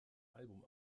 album